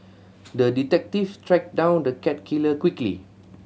the detective tracked down the cat killer quickly